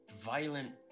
violent